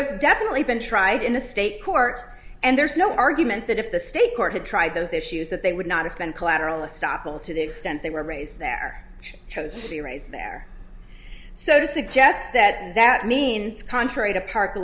have definitely been tried in the state court and there's no argument that if the state court had tried those issues that they would not have been collateral estoppel to the extent they were raised there chose to raise their so to suggest that that means contrary to park